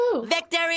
Victory